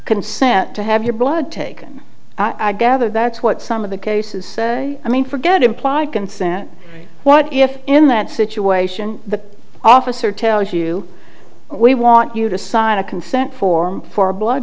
consent to have your blood taken i gather that's what some of the cases say i mean forget implied consent what if in that situation the officer tells you we want you to sign a consent form for a blood